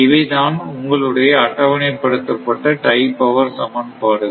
இவைதான் உங்களுடைய அட்டவணைப்படுத்தப்பட்ட டை பவர் சமன்பாடுகள்